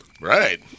Right